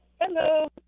Hello